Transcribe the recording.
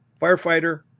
Firefighter